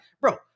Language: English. bro